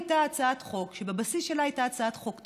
הייתה הצעת חוק שבבסיס שלה הייתה הצעת חוק טובה,